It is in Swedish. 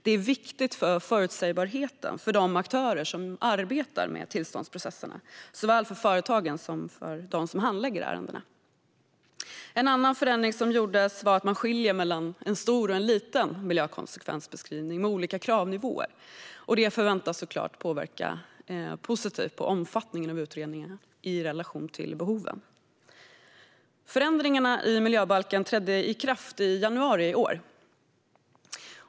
Det är viktigt för förutsägbarheten för de aktörer som arbetar med tillståndsprocesserna, såväl för företagen som för dem som handlägger ärendena. En annan förändring som gjordes var att man skilde mellan en stor och en liten miljökonsekvensbeskrivning, med olika kravnivåer. Det förväntas såklart påverka positivt när det gäller omfattningen av utredningarna i relation till behoven. Förändringarna i miljöbalken trädde i kraft i januari i år.